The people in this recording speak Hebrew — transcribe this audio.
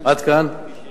בהתאם